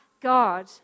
God